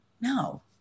no